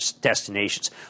destinations